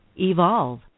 Evolve